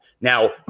Now